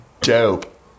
dope